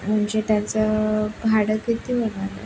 म्हणजे त्यांचं भाडं किती होणार आहे